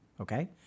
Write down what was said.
okay